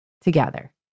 together